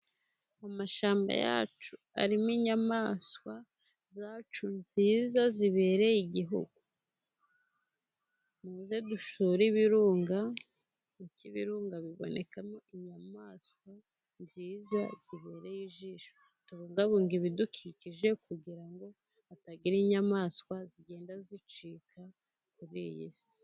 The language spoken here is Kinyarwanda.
Amashyamba yacu arimo inyamaswa zacu nziza zibereye igihuhu. Dushyore mu birunga kuko ibirunga bibonekami inyamaswa nziza zibereye ijisho, tubungabunge ibidukikije kugira ngo hatagira inyamaswa zigenda zicika kuri iyi si.